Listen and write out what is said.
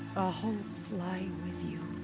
hopes lie with you.